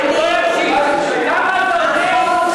כמה זה עולה?